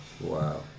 Wow